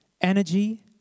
energy